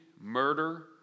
murder